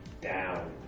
down